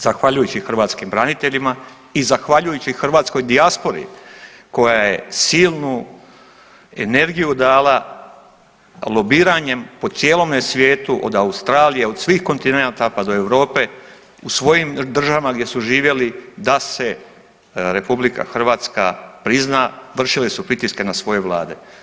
Zahvaljujući hrvatskim braniteljima i zahvaljujući hrvatskoj dijaspori koja je silnu energiju dala lobiranjem po cijelome svijetu od Australije od svih kontinenata pa do Europe u svojim državama gdje su živjeli da se RH prizna, vršili su pritiske na svoje vlade.